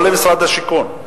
או למשרד השיכון?